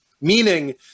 Meaning